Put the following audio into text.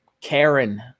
Karen